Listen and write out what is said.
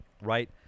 Right